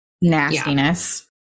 nastiness